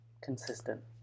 consistent